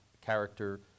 character